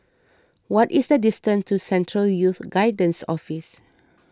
what is the distance to Central Youth Guidance Office